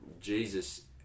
Jesus